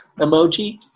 emoji